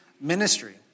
ministry